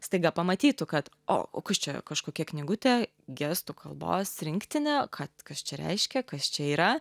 staiga pamatytų kad o o kas čia kažkokia knygutė gestų kalbos rinktinė kad kas čia reiškia kas čia yra